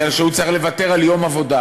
בגלל שהם צריכים לוותר על יום עבודה.